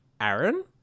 Aaron